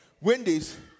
Wendy's